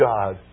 God